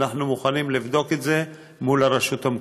אנחנו מוכנים לבדוק את זה מול הרשות המקומית.